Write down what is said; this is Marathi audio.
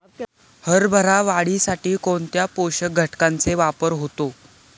हरभरा वाढीसाठी कोणत्या पोषक घटकांचे वापर होतो?